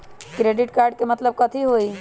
Credit card के मतलब कथी होई?